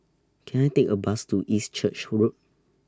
Can I Take A Bus to East Church Road